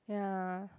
ya